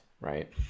right